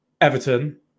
Everton